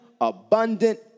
abundant